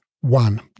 One